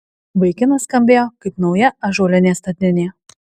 vaikinas skambėjo kaip nauja ąžuolinė statinė